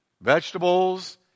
vegetables